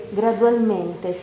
gradualmente